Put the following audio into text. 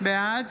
בעד